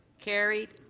carried.